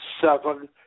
seven